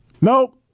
nope